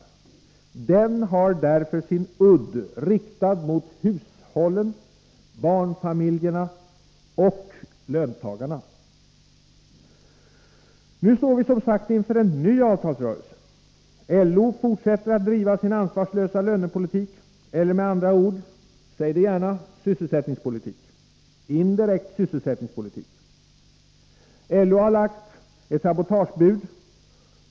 Den har därför sin udd riktad mot hushållen, barnfamiljerna och löntagarna”. Nu står vi som sagt inför en ny avtalsrörelse. LO fortsätter driva sin ansvarslösa lönepolitik eller med andra ord — säg det gärna — sysselsättningspolitik. LO har lagt ett sabotagebud.